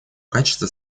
качества